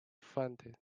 funded